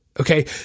Okay